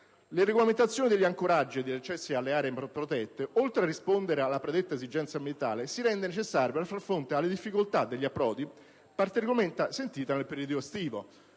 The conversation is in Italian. La regolamentazione degli ancoraggi e degli accessi nelle aree protette, oltre a rispondere alla predetta esigenza ambientale, si rende necessaria per far fronte alla difficoltà degli approdi, particolarmente sentita nel periodo estivo.